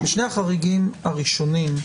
בשני החריגים הראשונים,